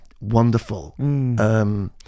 wonderful